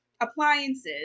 appliances